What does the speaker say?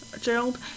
Gerald